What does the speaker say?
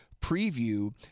preview